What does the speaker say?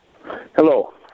Hello